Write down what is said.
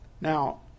Now